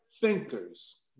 thinkers